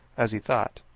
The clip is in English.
as he thought.